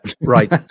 Right